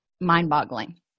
mind-boggling